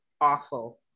awful